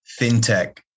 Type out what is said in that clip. fintech